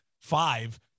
five